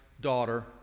daughter